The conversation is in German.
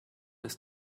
ist